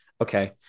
Okay